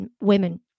women